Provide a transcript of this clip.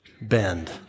bend